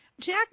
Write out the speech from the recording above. Jack